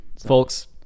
Folks